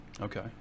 Okay